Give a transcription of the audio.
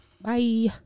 Bye